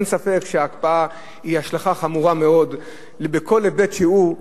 אין ספק שההקפאה היא השלכה חמורה מאוד בכל היבט שהוא,